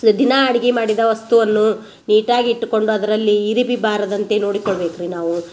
so ದಿನ ಅಡ್ಗಿ ಮಾಡಿದ ವಸ್ತುವನ್ನು ನೀಟಾಗಿಟ್ಟುಕೊಂಡು ಅದರಲ್ಲಿ ಇರಿಬಿ ಬಾರದಂತೆ ನೋಡಿಕೊಳ್ಳಬೇಕ್ರಿ ನಾವು